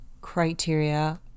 criteria